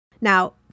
Now